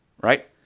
right